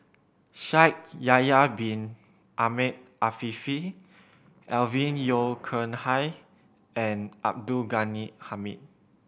Shaikh Yahya Bin Ahmed Afifi Alvin Yeo Khirn Hai and Abdul Ghani Hamid